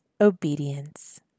obedience